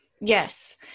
Yes